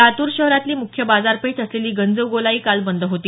लातूर शहरातली मुख्य बाजारपेठ असलेली गंजगोलाई काल बंद होती